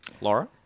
Laura